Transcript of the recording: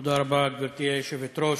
תודה רבה, גברתי היושבת-ראש.